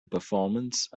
performance